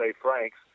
Franks